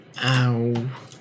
Ow